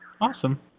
Awesome